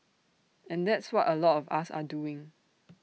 and that's what A lot us are doing